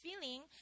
feeling